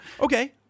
okay